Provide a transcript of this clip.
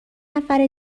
نفر